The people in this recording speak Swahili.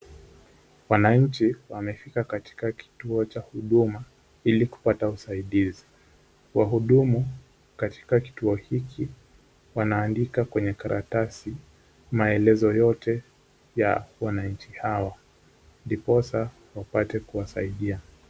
Wananchi wamefika katika kituo cha huduma ili kupata usaidizi, wahudumu katika kituo hiki wanaandika kwenye karatasi maelezo yote ya wananchi hawa ndiposa wapate kuwasaidia.